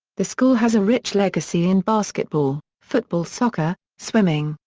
the school has a rich legacy in basketball, football soccer, swimming,